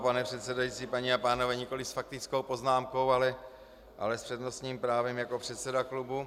Pane předsedající, paní a pánové, nikoliv s faktickou poznámkou, ale s přednostním právem jako předseda klubu.